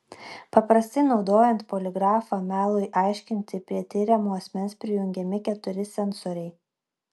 paprastai naudojant poligrafą melui aiškinti prie tiriamo asmens prijungiami keturi sensoriai